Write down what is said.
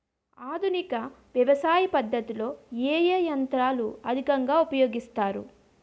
ఆధునిక వ్యవసయ పద్ధతిలో ఏ ఏ యంత్రాలు అధికంగా ఉపయోగిస్తారు?